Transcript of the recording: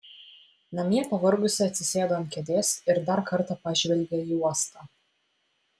namie pavargusi atsisėdo ant kėdės ir dar kartą pažvelgė į uostą